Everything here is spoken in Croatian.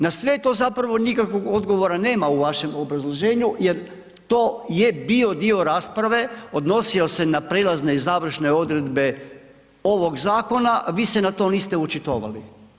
Na sve ti zapravo nikakvog odgovora nema u vašem obrazloženju jer to je bio dio rasprave, odnosio se na prelazne i završne odredbe ovog zakona, vi se na to niste očitovali.